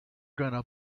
gonna